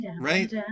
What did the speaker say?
Right